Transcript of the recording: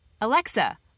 Alexa